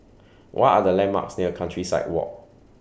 What Are The landmarks near Countryside Walk